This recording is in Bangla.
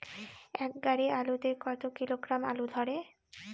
এক গাড়ি আলু তে কত কিলোগ্রাম আলু ধরে?